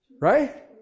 Right